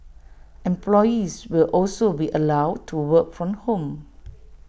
employees will also be allowed to work from home